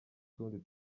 tundi